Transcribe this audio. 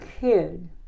kid